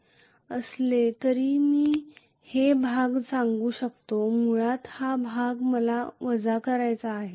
असं असलं तरी मी हे भाग सांगू शकतो मुळात हा भाग मला वजा करायचा आहे